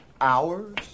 hours